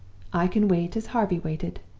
i can wait as harvey waited,